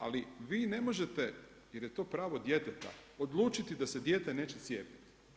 Ali vi ne možete jer je to pravo djeteta, odlučiti da se dijete neće cijepiti.